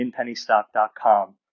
inpennystock.com